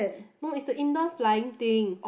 no is the inter flying thing